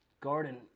garden